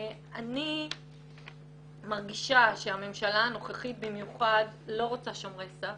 אני מרגישה שהממשלה הנוכחית במיוחד לא רוצה שומרי סף,